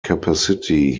capacity